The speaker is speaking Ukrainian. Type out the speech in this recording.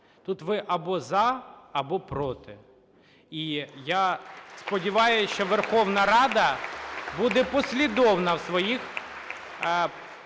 тут ви або "за", або "проти". І я сподіваюсь, що Верховна Рада буде послідовна у своїх